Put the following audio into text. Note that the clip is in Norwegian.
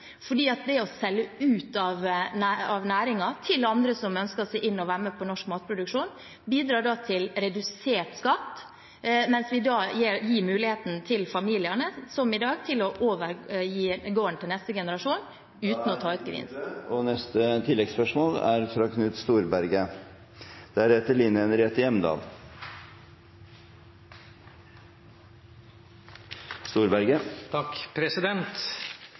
det å selge næringen til andre som ønsker seg inn, og som ønsker å være med på norsk matproduksjon, bidrar til redusert skatt. Men vi gir, som i dag, familiene muligheten til å overgi gården til neste generasjon. Knut Storberget – til oppfølgingsspørsmål. Det skattemessige spørsmålet som er